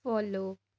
follow